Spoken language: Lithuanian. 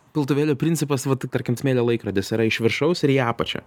piltuvėlio principas vat tarkim smėlio laikrodis yra iš viršaus ir į apačią